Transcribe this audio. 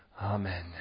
Amen